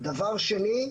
דבר שני,